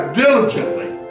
diligently